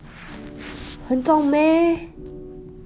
很重 meh